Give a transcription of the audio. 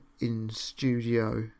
in-studio